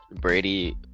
Brady